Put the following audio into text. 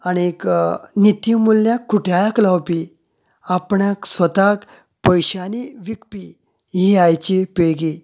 आनीक नितीमूल्या खुटयाळ्याक लावपी आपणाक स्वताक पयश्यानी विकपी ही आयची पिळगी